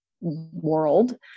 world